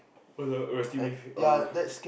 where got resting bitch face oh